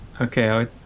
Okay